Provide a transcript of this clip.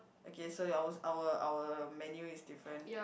okay so your our our menu is different